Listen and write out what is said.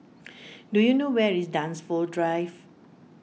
do you know where is Dunsfold Drive